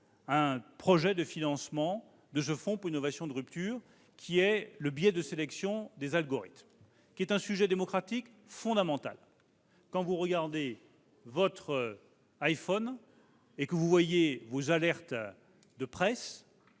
un projet de financement, par ce fonds pour l'innovation de rupture, d'une étude sur le biais de sélection des algorithmes, qui est un sujet démocratique fondamental. Vous regardez votre iPhone et vous voyez des alertes de presse.